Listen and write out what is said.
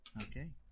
Okay